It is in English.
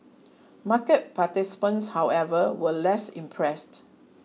market participants however were less impressed